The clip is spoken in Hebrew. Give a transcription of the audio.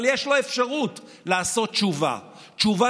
אבל יש לו אפשרות לעשות תשובה תשובה